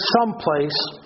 someplace